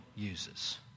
uses